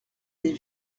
des